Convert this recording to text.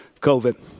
COVID